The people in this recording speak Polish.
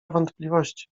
wątpliwości